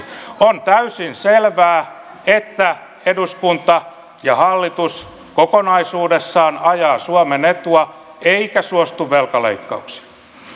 on täysin selvää että eduskunta ja hallitus kokonaisuudessaan ajavat suomen etua eivätkä suostu velkaleikkauksiin